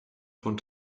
von